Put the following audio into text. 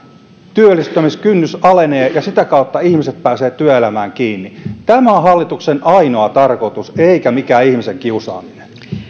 työllistymiskynnys alenee ja sitä kautta ihmiset pääsevät työelämään kiinni tämä on hallituksen ainoa tarkoitus eikä mikään ihmisten kiusaaminen